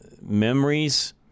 memories